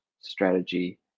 strategy